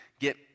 get